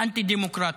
האנטי-דמוקרטית,